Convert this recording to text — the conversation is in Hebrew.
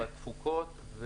בתפוקות,